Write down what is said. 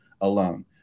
alone